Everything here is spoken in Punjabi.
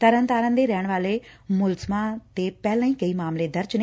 ਤਰਨਤਾਰਨ ਦੇ ਰਹਿਣ ਵਾਲੇ ਮੁਲਜ਼ਮਾ ਤੇ ਪਹਿਲਾ ਵੀ ਕਈ ਮਾਮਲੇ ਦਰਜ ਨੇ